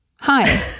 Hi